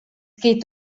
geht